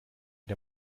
der